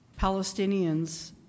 Palestinians